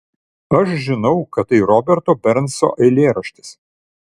aš žinau kad tai roberto bernso eilėraštis